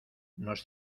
nos